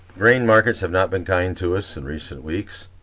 grain markets have not been kind to us in recent weeks.